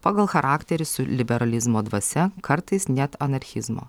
pagal charakterį su liberalizmo dvasia kartais net anarchizmo